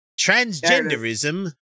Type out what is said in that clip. transgenderism